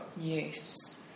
Yes